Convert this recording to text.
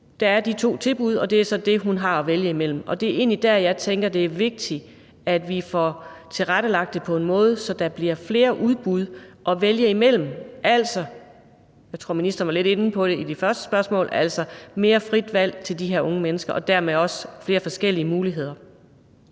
der er de to tilbud, og det er så det, hun har at vælge imellem. Det er egentlig der, jeg tænker, at det er vigtigt, at vi får tilrettelagt det på en måde, så der bliver flere udbud at vælge mellem, altså – jeg tror, ministeren var lidt inde på det i det første spørgsmål – at der bliver mere frit valg og dermed også flere forskellige muligheder